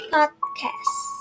Podcast